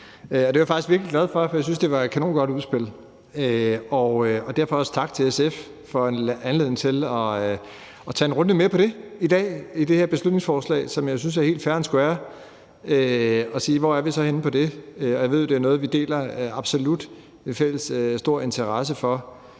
det var jeg faktisk virkelig glad for, for jeg synes, det var et kanongodt udspil, og derfor også tak til SF for en anledning til at tage en runde mere på det i dag med det her beslutningsforslag, som jeg synes er helt fair and square i forhold til at sige: Hvor er vi så henne på det? Og jeg ved, at det er noget, ordføreren og jeg absolut deler en fælles stor interesse for.